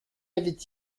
avait